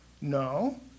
No